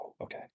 Okay